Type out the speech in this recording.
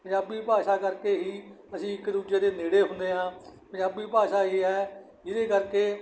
ਪੰਜਾਬੀ ਭਾਸ਼ਾ ਕਰਕੇ ਹੀ ਅਸੀਂ ਇੱਕ ਦੂਜੇ ਦੇ ਨੇੜੇ ਹੁੰਦੇ ਹਾਂ ਪੰਜਾਬੀ ਭਾਸ਼ਾ ਇਹ ਹੈ ਜਿਹਦੇ ਕਰਕੇ